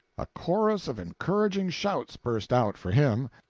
a chorus of encouraging shouts burst out for him,